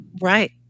Right